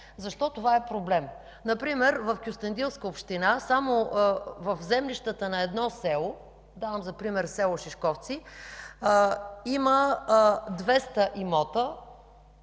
Защо това е проблем? Например в Кюстендилска община само в землищата на едно село – давам за пример село Шишковци, има 2 хил. имота